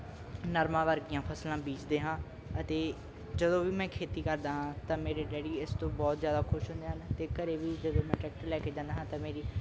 ਨਰਮਾ ਵਰਗੀਆਂ ਫਸਲਾਂ ਬੀਜਦੇ ਹਾਂ ਅਤੇ ਜਦੋਂ ਵੀ ਮੈਂ ਖੇਤੀ ਕਰਦਾ ਹਾਂ ਤਾਂ ਮੇਰੇ ਡੈਡੀ ਇਸ ਤੋਂ ਬਹੁਤ ਜ਼ਿਆਦਾ ਖੁਸ਼ ਹੁੰਦੇ ਹਨ ਅਤੇ ਘਰ ਵੀ ਜਦੋਂ ਮੈਂ ਟਰੈਕਟਰ ਲੈ ਕੇ ਜਾਂਦਾ ਹਾਂ ਤਾਂ ਮੇਰੀ